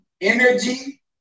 energy